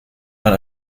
man